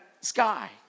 sky